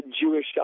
Jewish